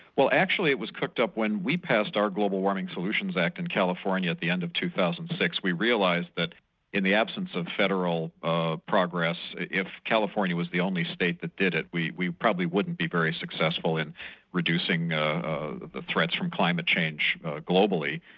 well actually it was cooked up when we passed our global warming solutions act in california at the end of two thousand and six. we realised that in the absence of federal ah progress, if california was the only state that did it, we we probably wouldn't be very successful in reducing ah ah the threats from climate change globally,